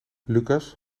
lucas